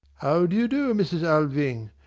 how do you do, mrs. alving?